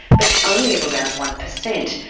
but only of around one percent.